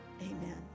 amen